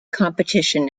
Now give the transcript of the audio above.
competition